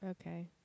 okay